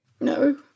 No